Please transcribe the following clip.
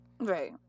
Right